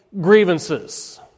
grievances